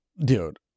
Dude